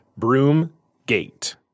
Broomgate